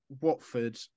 Watford